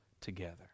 together